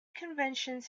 conventions